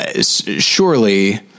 surely